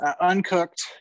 uncooked